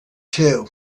too